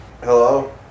Hello